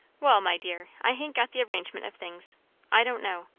wall, my dear, i hain't got the arrangement of things i don't know.